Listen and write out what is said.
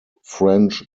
french